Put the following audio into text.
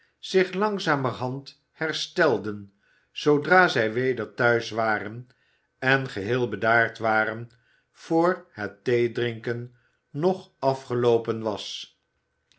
zich langzamerhand herstelden zoodra zij weder thuis waren en geheel bedaard waren voor het theedrinken nog afgeloopen was